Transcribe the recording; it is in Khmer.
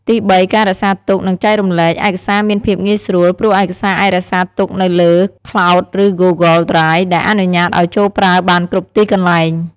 ទីបី ការរក្សាទុក និងចែករំលែក ឯកសារមានភាពងាយស្រួល ព្រោះឯកសារអាចរក្សាទុកនៅលើ ក្លោដ ឬ ហ្គូហ្គលដ្រាយ ដែលអនុញ្ញាតឱ្យចូលប្រើបានគ្រប់ទីកន្លែង។